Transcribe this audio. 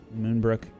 moonbrook